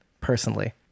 personally